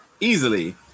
Easily